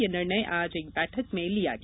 यह निर्णय आज एक बैठक में लिया गया